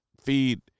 feed